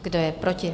Kdo je proti?